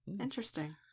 Interesting